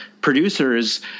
producers